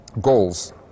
goals